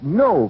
no